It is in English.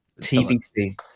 tbc